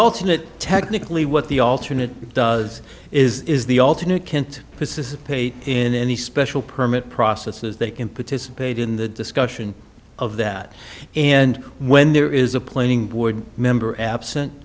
alternate technically what the alternate does is the alternate can't dissipate in any special permit processes they can petition page in the discussion of that and when there is a planning board member absent